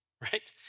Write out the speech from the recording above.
Right